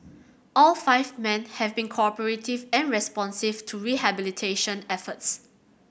all five men have been cooperative and responsive to rehabilitation efforts